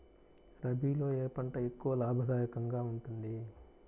రబీలో ఏ పంట ఎక్కువ లాభదాయకంగా ఉంటుంది?